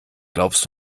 glaubst